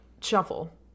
shuffle